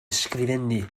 ysgrifennu